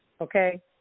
okay